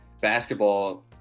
basketball